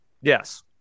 Yes